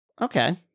Okay